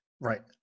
Right